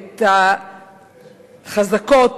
החזקות